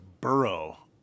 burrow